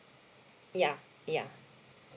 ya ya